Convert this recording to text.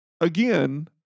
again